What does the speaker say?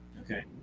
Okay